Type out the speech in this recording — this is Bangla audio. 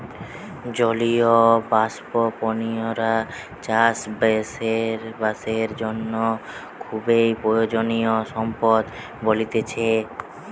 জলীয় ব্যবস্থাপনা চাষ বাসের জন্য খুবই প্রয়োজনীয় সম্পদ বলতিছে